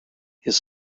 his